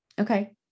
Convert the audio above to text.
Okay